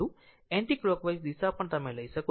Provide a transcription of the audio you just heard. anti clockwise દિશા પણ લઇ શકો છો